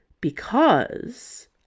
Because